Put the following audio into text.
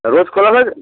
রোজ খোলা থাকে